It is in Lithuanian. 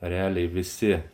realiai visi